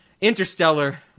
Interstellar